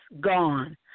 gone